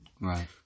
Right